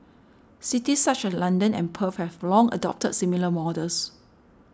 cities such as London and Perth have long adopted similar models